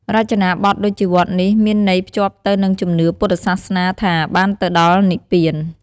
រចនាបទដូចជាវត្តនេះមានន័យភ្ជាប់ទៅនឹងជំនឿពុទ្ធសាសនាថាបានទៅដល់និព្វាន។